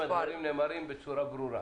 האם הדברים נאמרים בצורה ברורה?